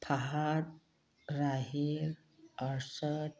ꯐꯥꯍꯗ ꯔꯥꯍꯤꯔ ꯑꯔꯁꯗ